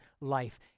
life